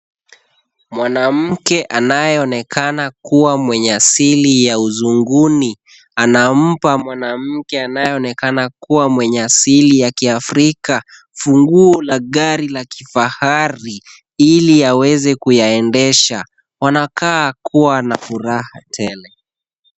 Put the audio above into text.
Mwanamke anayeonekana kuwa mwenye asili ya uzunguni, anampa mwanamke anayeonekana kuwa mwenye asili la kiafrika, funguo la gari la kifahari ili aweze kuyaendesha. Wanakaa kuwa na furaha tele.